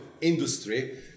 industry